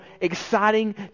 exciting